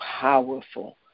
powerful